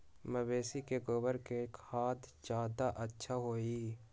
मवेसी के गोबर के खाद ज्यादा अच्छा होई?